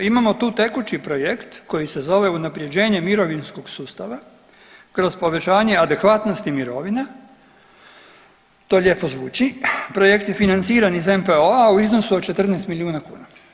Imamo tu tekući projekt koji se zove unaprjeđenje mirovinskog sustava kroz povećanje adekvatnosti mirovina, to lijepo zvuči, projekt je financiran iz NPOO-a u iznosu od 14 milijuna kuna.